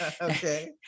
Okay